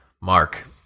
Mark